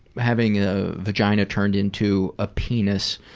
having a vagina turned into a penis.